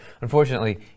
Unfortunately